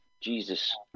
Jesus